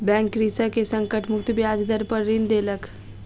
bank कृषक के संकट मुक्त ब्याज दर पर ऋण देलक